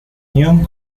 unión